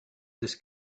this